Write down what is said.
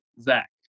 Zach